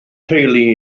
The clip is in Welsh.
teulu